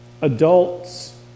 adults